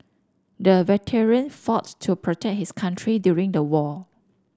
the veteran fought to protect his country during the war